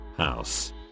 house